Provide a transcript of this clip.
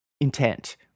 intent